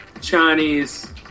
Chinese